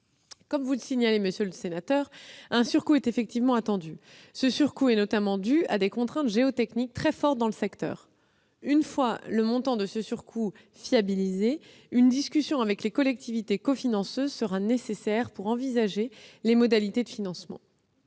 Comme vous le signalez, monsieur le sénateur, un surcoût est en effet attendu. Il est notamment dû à des contraintes géotechniques très fortes dans le secteur. Une fois le montant de ce surcoût fiabilisé, une discussion avec les collectivités cofinanceuses sera nécessaire pour envisager les modalités de financement.